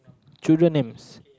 children names